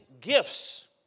gifts